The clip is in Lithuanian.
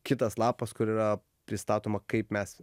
kitas lapas kur yra pristatoma kaip mes